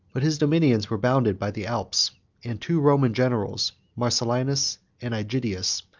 but his dominions were bounded by the alps and two roman generals, marcellinus and aegidius,